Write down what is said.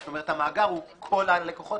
זאת אומרת המאגר הוא כל הלקוחות שלך.